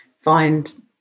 find